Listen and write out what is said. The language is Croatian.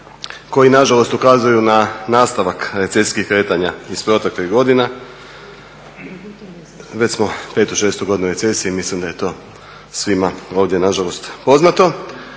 koji nažalost ukazuju na nastavak recesijskih kretanja iz proteklih godina, već smo 5.-tu, 6.-tu godinu u recesiji mislim da je to svima ovdje nažalost poznato.